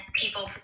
people